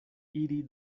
iri